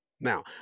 Now